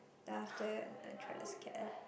then after that I try to